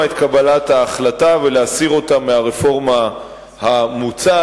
את קבלת ההחלטה ולהסיר אותה מהרפורמה המוצעת.